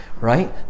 right